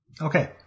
Okay